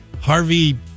Harvey